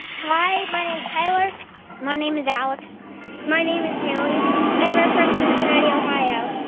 hi. my name's tyler my name is alex my name is haley and we're from cincinnati, ohio.